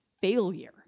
failure